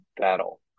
battle